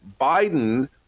Biden